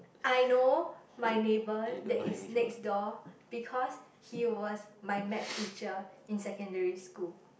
I know my neighbor that is next door because he was my maths teacher in secondary school